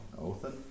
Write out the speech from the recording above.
Othan